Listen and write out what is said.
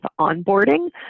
onboarding